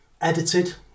edited